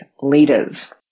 leaders